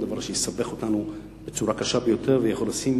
דבר שיסבך אותנו בצורה קשה ביותר ויכול לשים